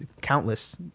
Countless